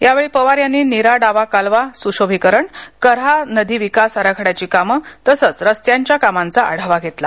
यावेळी पवार यांनी नीरा डावा कालवा स्शोभिकरण क हा नदी विकास आराखडयाची कामे तसेच रस्त्यांच्या कामांचा आढावा घेतला